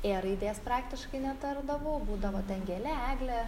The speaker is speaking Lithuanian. ė raidės praktiškai netardavau būdavo gėlė eglė